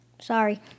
Sorry